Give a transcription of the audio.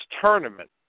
tournament